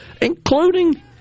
including